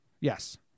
Yes